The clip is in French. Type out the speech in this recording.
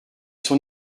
sont